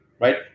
right